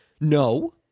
No